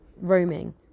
roaming